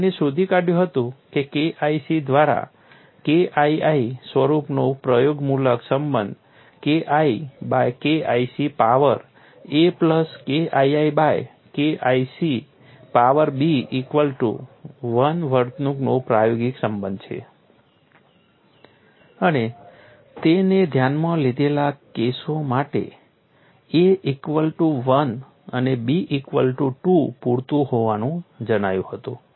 તેમણે શોધી કાઢ્યું હતું કે KIC દ્વારા KII સ્વરૂપનો પ્રયોગમૂલક સંબંધ KI by KIC power a plus KII by KIIC power B equal to 1 વર્તણૂકનો પ્રાયોગિક સંબંધ છે અને તેમણે ધ્યાનમાં લીધેલા કેસો માટે a ઇક્વલ ટુ 1 અને b ઇક્વલ ટુ 2 પૂરતું હોવાનું જણાયું હતું